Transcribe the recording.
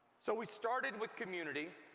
so we started with community.